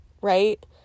right